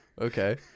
Okay